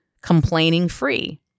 complaining-free